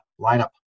lineup